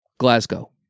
Glasgow